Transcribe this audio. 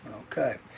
Okay